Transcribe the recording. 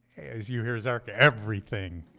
as you hear, zarka, everything,